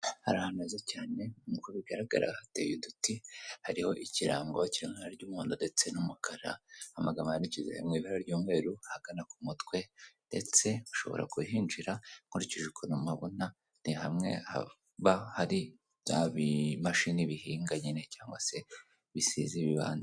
Hari ahantu heza cyane, nk'uko bigaragara hateye uduti, hariho ikirango kiri mu ibara ry' umuhondo ndetse n'umukara. Amagambo yandikishijwe mu ibara ry'umweru ahagana ku mutwe ndetse ushobora kuhinjira nkurikije ukuntu mpabona. Ni hamwe haba hari bya bimashini bihinga nyine cyangwa se bisiza ibibanza.